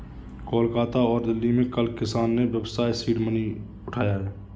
कोलकाता और दिल्ली में कल किसान ने व्यवसाय सीड मनी उठाया है